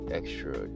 extra